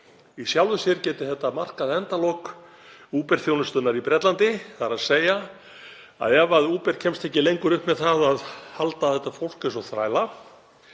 í sjálfu sér geti þetta markað endalok Uber-þjónustunnar í Bretlandi, þ.e. ef Uber kemst ekki lengur upp með að halda fólk eins og þræla